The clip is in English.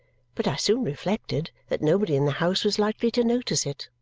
but i soon reflected that nobody in the house was likely to notice it.